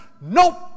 Nope